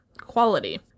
Quality